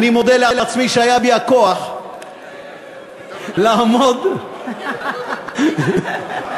אני מודה לעצמי, שהיה בי הכוח לעמוד, די, די, די.